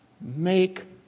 Make